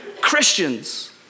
Christians